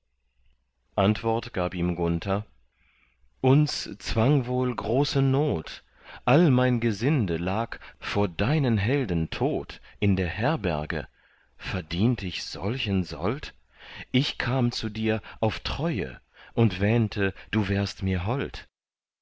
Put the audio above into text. antwort gab ihm gunther uns zwang wohl große not all mein gesinde lag vor deinen helden tot in der herberge verdient ich solchen sold ich kam zu dir auf treue und wähnte du wärst mir hold